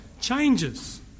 changes